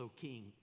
King